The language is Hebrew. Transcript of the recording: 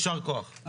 יישר כוח.